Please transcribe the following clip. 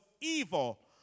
evil